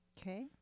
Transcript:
Okay